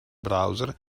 browser